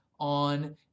on